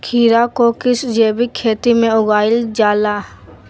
खीरा को किस जैविक खेती में उगाई जाला?